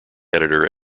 editor